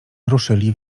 ruszyli